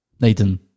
Nathan